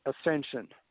Ascension